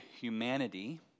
humanity